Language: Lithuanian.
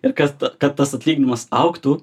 ir kas kad tas atlyginimas augtų